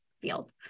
field